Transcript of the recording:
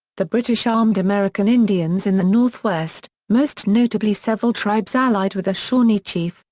the british armed american indians in the northwest, most notably several tribes allied with the shawnee chief,